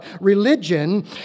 religion